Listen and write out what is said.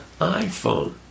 iPhone